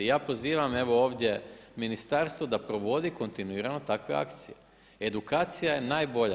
Ja pozivam evo ovdje ministarstvo da provodi kontinuirano takve akcije, edukacija je najbolja.